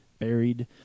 buried